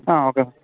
ആ ഓക്കെ